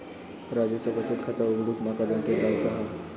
राजूचा बचत खाता उघडूक माका बँकेत जावचा हा